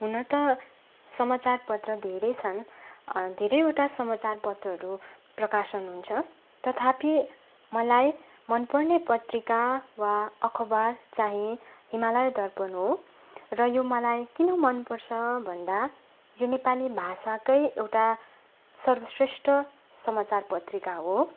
हुन त समाचार पत्र धेरै छन् धेरैवटा समाचार पत्रहरू प्रकाशन हुन्छ तथापि मलाई मन पर्ने पत्रिका वा अखबार चाहिँ हिमालय दर्पण हो र यो मलाई किन मन पर्छ भन्दा यो नेपाली भाषाकै एउटा सर्वश्रेष्ठ समाचार पत्रिका हो